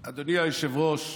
היושב-ראש,